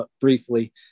briefly